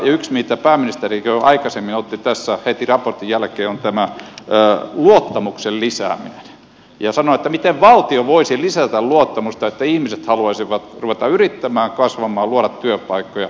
yksi mitä pääministerikin jo aikaisemmin otti tässä heti raportin jälkeen on tämä luottamuksen lisääminen ja sanoi että miten valtio voisi lisätä luottamusta että ihmiset haluaisivat ruveta yrittämään kasvamaan luomaan työpaikkoja